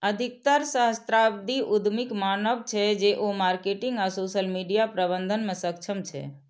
अधिकतर सहस्राब्दी उद्यमीक मानब छै, जे ओ मार्केटिंग आ सोशल मीडिया प्रबंधन मे सक्षम छै